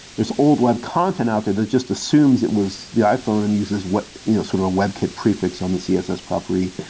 there's old web content out there that just assumes it was the iphone and uses you know sort of a webkit prefix on the css property,